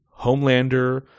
Homelander